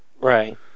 Right